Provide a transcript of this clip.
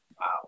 Wow